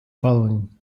following